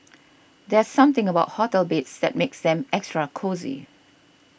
there's something about hotel beds that makes them extra cosy